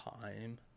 time